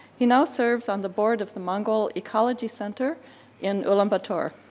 he now serves on the board of the mongol ecology center in ulaanbaatar.